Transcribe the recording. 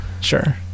sure